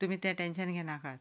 तुमी तें टेंशन घेवनाकात